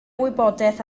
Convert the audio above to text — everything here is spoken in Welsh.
wybodaeth